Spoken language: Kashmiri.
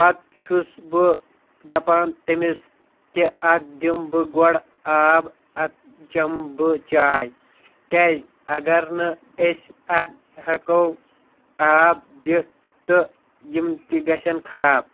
پَتہٕ چھُس بہٕ دَپان تٔمِس کہ اَتھ دِمہٕ بہٕ گۄڈٕ آب اَدٕ چَمہٕ بہٕ چاے کیازِ اگر نہٕ أسۍ اَتھ ہٮ۪کو آب دِتھ تہٕ یِم تہِ گژھن خراب